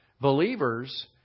believers